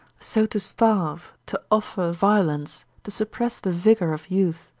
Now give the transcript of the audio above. so to starve, to offer violence, to suppress the vigour of youth,